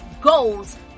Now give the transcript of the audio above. goals